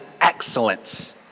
excellence